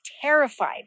terrified